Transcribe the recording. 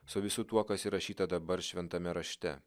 su visu tuo kas įrašyta dabar šventame rašte